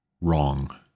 wrong